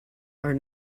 are